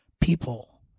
people